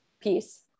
peace